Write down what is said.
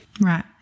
Right